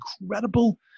incredible